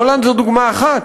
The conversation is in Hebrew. הולנד זאת דוגמה אחת.